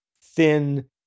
thin